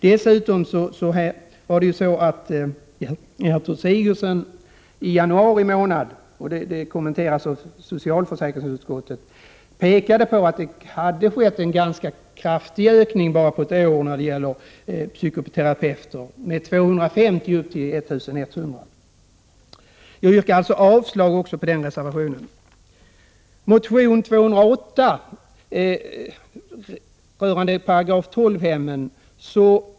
Dessutom pekade Gertrud Sigurdsen i januari månad på — detta kommenteras av socialförsäkringsutskottet — att det hade skett en ganska kraftig ökning av antalet psykoterapeuter bara på ett år, med 250 upp till 1 100. Jag yrkar alltså avslag även på denna reservation. Motion 208 rör §-12-hemmen.